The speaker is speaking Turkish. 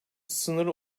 sınır